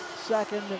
second